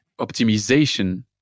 optimization